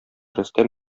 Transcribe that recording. рөстәм